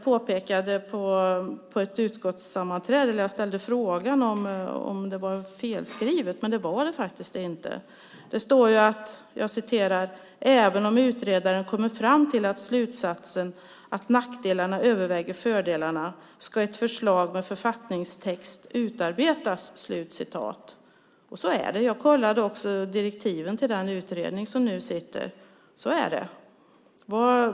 Vid ett utskottssammanträde ställde jag frågan om det var felskrivet. Men det är det faktiskt inte. Det står att även om utredaren kommer fram till slutsatsen att nackdelarna överväger fördelarna ska ett förslag till en författningstext utarbetas. Så är det. Jag kollade direktiven till den utredning som nu arbetar, och så är det.